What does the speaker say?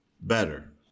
better